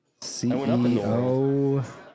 CEO